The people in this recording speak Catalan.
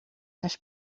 les